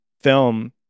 film